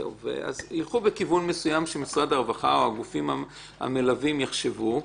אז יילכו בכיוון מסוים של משרד הרווחה או הגופים המלווים יחשבו,